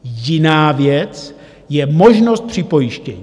Jiná věc je možnost připojištění.